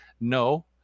no